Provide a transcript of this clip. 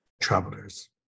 travelers